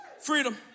freedom